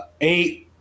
eight